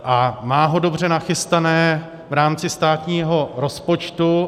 A má ho dobře nachystané v rámci státního rozpočtu.